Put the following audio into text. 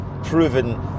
...proven